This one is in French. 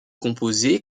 composée